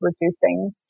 reducing